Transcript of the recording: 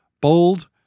Bold